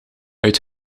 uit